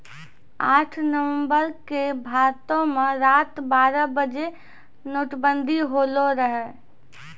आठ नवम्बर के भारतो मे रात बारह बजे नोटबंदी होलो रहै